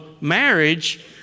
marriage